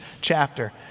chapter